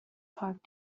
park